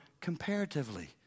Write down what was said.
comparatively